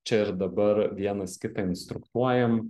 čia ir dabar vienas kitą instruktuojam